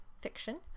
fiction